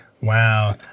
Wow